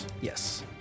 Yes